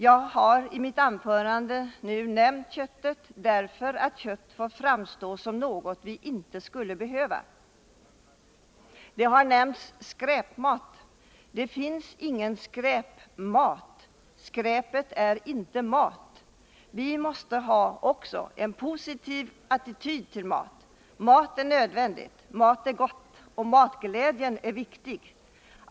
Jag har i mitt anförande nämnt köttet, därför att kött fått framstå som något vi inte skulle behöva. Ordet skräpmat har nämnts. Det finns ingen skräpmat. Skräpet är inte mat. Vi måste ha positiva attityder till mat. Mat är nödvändigt, mat är gott, och matglädjen är viktig.